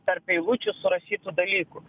tarp eilučių surašytų dalykų